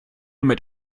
mit